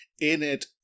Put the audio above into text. in-it